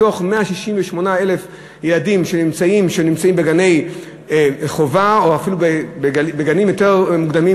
מתוך 168,000 ילדים שנמצאים בגני-חובה או אפילו בגנים יותר מוקדמים,